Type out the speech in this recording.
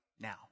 now